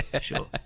sure